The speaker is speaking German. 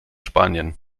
spanien